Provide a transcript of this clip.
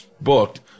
booked